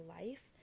life